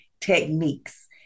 techniques